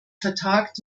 vertagt